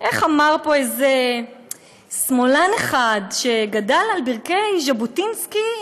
איך אמר פה איזה שמאלן אחד שגדל על ברכי ז'בוטינסקי,